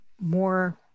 more